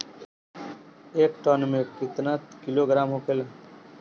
एक टन मे केतना किलोग्राम होखेला?